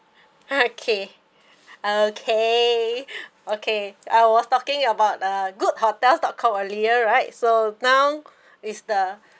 okay okay okay I was talking about uh good hotels dot com earlier right so now is the